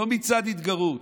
לא מצד התגרות.